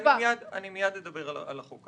אני מיד אדבר על החוק.